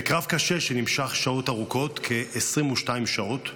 בקרב קשה שנמשך שעות ארוכות, כ-22 שעות,